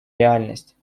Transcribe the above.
реальность